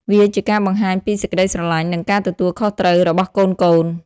វាជាការបង្ហាញពីសេចក្តីស្រឡាញ់ និងការទទួលខុសត្រូវរបស់កូនៗ។